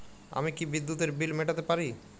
আমি কি বিদ্যুতের বিল মেটাতে পারি?